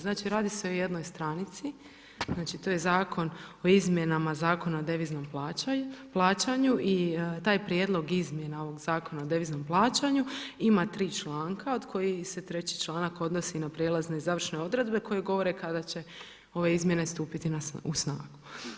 Znači, radi se o jednoj stranici, znači, to je Zakon o izmjenama Zakona o deviznom plaćanju i taj prijedlog izmjena ovog Zakona o deviznom plaćanju ima 3 članka od kojih se treći članak odnosi na prijelazne i završne odredbe koji govore kada će ove izmjene stupiti na snagu.